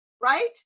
right